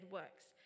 works